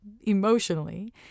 emotionally